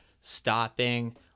stopping